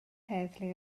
heddlu